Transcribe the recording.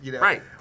right